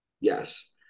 Yes